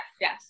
Yes